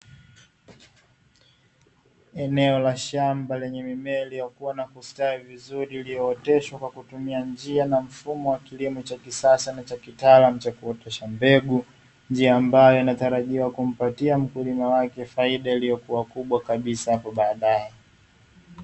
Eneo la shamba lenye mimea iliyokua na kustawi vizuri, iliyooteshwa kwa kutumia njia na mfumo wa kilimo cha kisasa na cha kitaalamu cha kuotesha mbegu, njia ambayo inatarajiwa kumpatia mkulima wake faida iliyokuwa kubwa kabisa hapo baadaye.